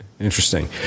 Interesting